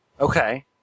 Okay